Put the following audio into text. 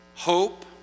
hope